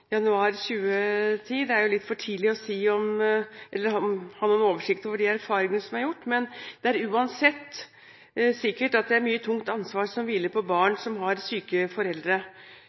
januar 2010. Det er litt for tidlig å ha noen oversikt over de erfaringene som er gjort, men det er uansett sikkert at det er mye tungt ansvar som hviler på barn som har syke foreldre.